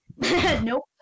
Nope